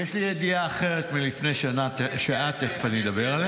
יש לי ידיעה אחרת מלפני שעה, תכף אני אדבר עליה.